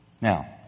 now